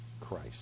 Christ